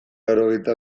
laurogeita